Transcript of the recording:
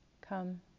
Come